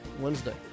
Wednesday